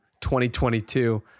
2022